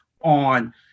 on